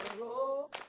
roll